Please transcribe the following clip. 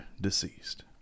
deceased